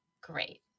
Great